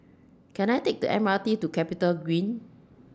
Can I Take The M R T to Capitagreen